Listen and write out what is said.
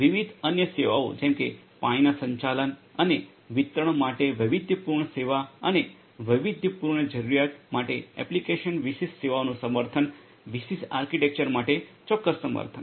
વિવિધ અન્ય સેવાઓ જેમ કે પાણીના સંચાલન અને વિતરણ માટે વૈવિધ્યપૂર્ણ સેવા અને વૈવિધ્યપૂર્ણ જરૂરિયાત માટે એપ્લિકેશન વિશિષ્ટ સેવાઓનું સમર્થન વિશિષ્ટ આર્કિટેક્ચર માટે ચોક્કસ સમર્થન